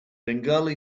bengali